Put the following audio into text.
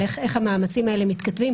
איך המאמצים האלה מתכתבים.